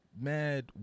mad